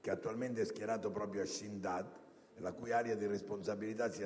che attualmente è schierato proprio a Shindand, la cui area di responsabilità si